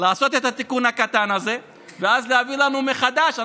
לעשות את התיקון הקטן הזה ואז להביא לנו מחדש.